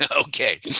Okay